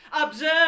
Observe